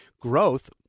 growth